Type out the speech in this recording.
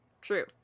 True